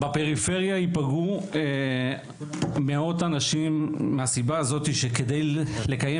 בפריפריה יפגעו מאות אנשים מהסיבה הזאת שכדי לקיים